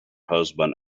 husband